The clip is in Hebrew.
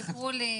טיפול נמרץ קורה ש,